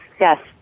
yes